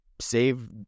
save